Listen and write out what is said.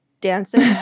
dancing